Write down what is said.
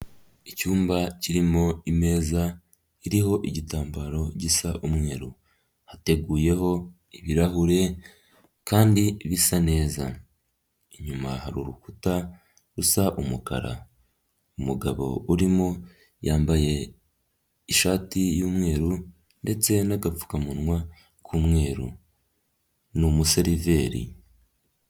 Icyumba kirimo imeza, iriho igitambaro gisa umweru. Hateguyeho ibirahure kandi bisa neza. Inyuma hari urukuta rusa umukara. Umugabo urimo, yambaye ishati y'umweru ndetse n'agapfukamunwa k'umweru. Ni umuseriveri.